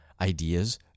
ideas